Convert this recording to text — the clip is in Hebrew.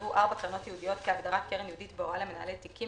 יראו ארבע קרנות ייעודיות כהגדרת קרן ייעודית בהוראה למנהלי תיקים,